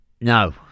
No